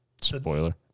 Spoiler